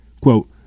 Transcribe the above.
Quote